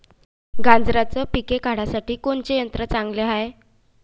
गांजराचं पिके काढासाठी कोनचे यंत्र चांगले हाय?